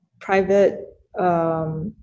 private